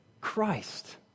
Christ